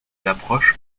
d’approche